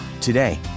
Today